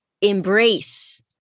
embrace